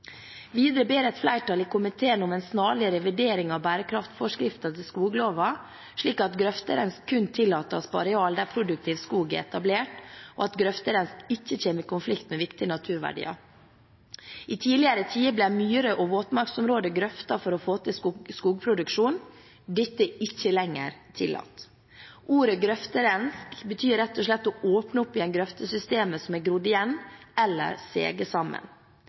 Videre ber et flertall i komiteen om en snarlig revidering av bærekraftforskriften til skogloven, slik at grøfterensk kun tillates på arealer der produktiv skog er etablert, og at grøfterensk ikke kommer i konflikt med viktige naturverdier. I tidligere tider ble myrer og våtmarksområder grøftet for å få til skogproduksjon – dette er ikke lenger tillatt. Ordet «grøfterensk» betyr rett og slett å åpne opp igjen grøftesystemer som har grodd igjen eller seget sammen.